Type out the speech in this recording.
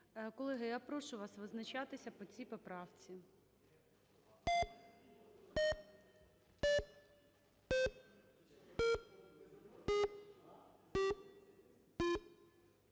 Колеги, я прошу вас визначатися по цій поправці.